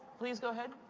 please go ahead.